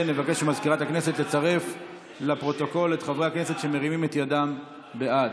נבקש ממזכירת הכנסת לצרף לפרוטוקול את חברי הכנסת שמרימים את ידם בעד: